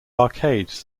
arcades